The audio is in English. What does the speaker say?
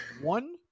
One